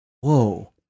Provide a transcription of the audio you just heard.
whoa